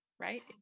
right